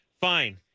Fine